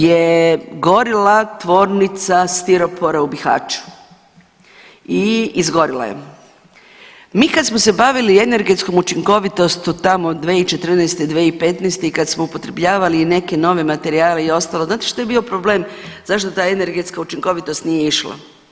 Jučer je gorila Tvornica stiropora u Bihaću i izgorila je, mi kad smo se bavili energetskom učinkovitošću tamo 2014., 2015. i kad smo upotrebljavali neke nove materijale i ostalo, znate što je bio problem zašto ta energetska učinkovitost nije išla?